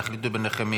תחליטו ביניכם.